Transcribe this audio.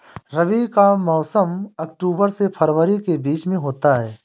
रबी का मौसम अक्टूबर से फरवरी के बीच में होता है